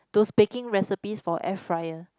those baking recipes for air fryer